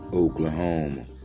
Oklahoma